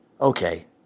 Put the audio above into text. okay